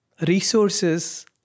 resources